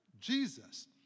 Jesus